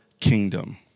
kingdom